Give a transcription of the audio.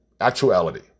Actuality